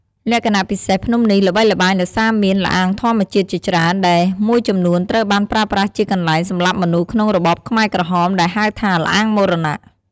លក្ខណៈពិសេស ភ្នំនេះល្បីល្បាញដោយសារមាន ល្អាងធម្មជាតិ ជាច្រើន ដែលមួយចំនួនត្រូវបានប្រើប្រាស់ជាកន្លែងសម្លាប់មនុស្សក្នុងរបបខ្មែរក្រហម ដែលហៅថា ល្អាងមរណៈ។